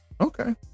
okay